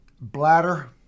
bladder